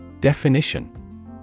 Definition